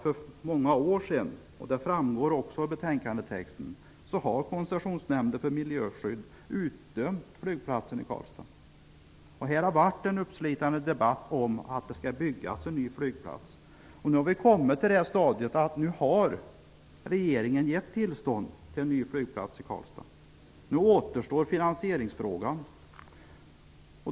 För många år sedan utdömde Koncessionsnämnden för miljöskydd flygplatsen i Karlstad. Det framgår också av betänkandetexten. Det har förts en uppslitande debatt om att det skall byggas en ny flygplats. Vi har kommit till det stadium att regeringen har givit tillstånd för en ny flygplats i Karlstad. Nu återstår finansieringsfrågan.